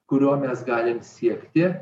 kurio mes galim siekti